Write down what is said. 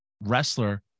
wrestler